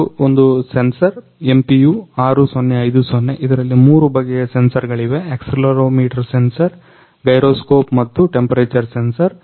ಇದು ಒಂದು sensor MPU 6050 ಇದರಲ್ಲಿ ಮೂರು ಬಗೆಯ ಸೆನ್ಸರ್ಗಳಿವೆ ಆಕ್ಸಿಲೆರೊಮೀಟರ್ ಸೆನ್ಸರ್ ಮತ್ತು ಗೈರೊಸ್ಕೋಪ್ ಮತ್ತು ಟೆಂಪರೆಚರ್ ಸೆನ್ಸರ್